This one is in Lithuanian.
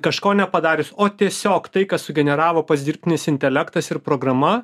kažko nepadarius o tiesiog tai ką sugeneravo pats dirbtinis intelektas ir programa